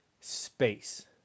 space